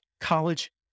college